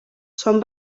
són